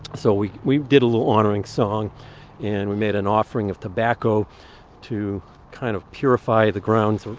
so we we did a little honoring song and we made an offering of tobacco to kind of purify the grounds,